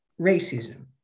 racism